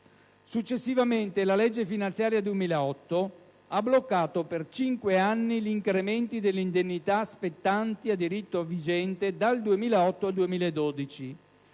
successivamente, la legge finanziaria 2008 ha bloccato per cinque anni gli incrementi dell'indennità spettanti a diritto vigente, dal 2008 al 2012.